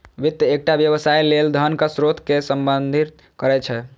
वित्त एकटा व्यवसाय लेल धनक स्रोत कें संदर्भित करै छै